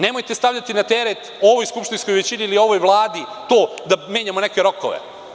Nemojte stavljati na teret ovoj skupštinskoj većini ili ovoj Vladi to da menjamo neke rokove.